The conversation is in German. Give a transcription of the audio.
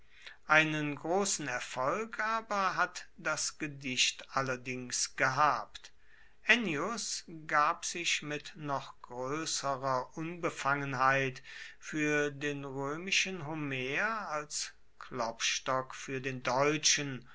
einen erfolg aber hat das gedicht allerdings gehabt ennius gab sich mit noch groesserer unbefangenheit fuer den roemischen homer als klopstock fuer den deutschen